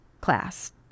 class